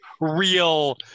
real